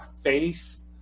face